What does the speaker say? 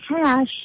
cash